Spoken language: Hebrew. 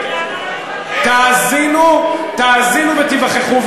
תאזינו ותיווכחו.